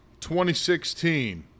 2016